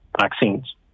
vaccines